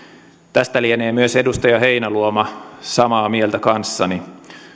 tästä lienee myös edustaja heinäluoma samaa mieltä kanssani